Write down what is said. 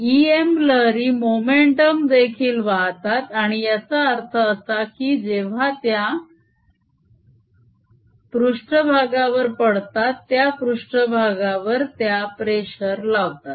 इ M लहरी momentum देखील वाहतात आणि याचा अर्थ असा की जेव्हा त्या पृष्ट्भागावर पडतात त्या पृष्ट्भागावर त्या प्रेशर लावतात